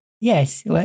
Yes